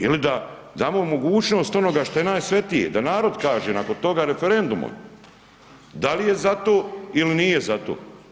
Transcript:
Ili da damo mogućnost onoga što je najsvetije da narod kaže nakon toga referendumom da li je za to ili nije za to.